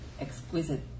exquisite